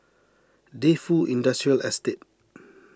Defu Industrial Estate